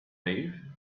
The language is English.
leave